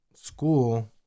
school